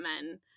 men